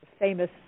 famous